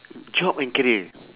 job and career